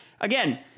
again